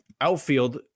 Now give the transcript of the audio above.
Outfield